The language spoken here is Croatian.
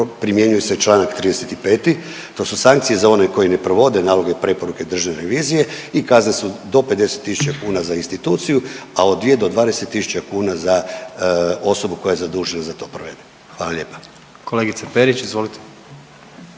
primjenjuje se čl. 35. to su sankcije za one koji ne provode naloge i preporuke Državne revizije i kazne su do 50.000 kuna za instituciju, a od dvije do 20.000 kuna za osobu koja je zadužena da to provede. Hvala lijepa. **Jandroković, Gordan